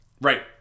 Right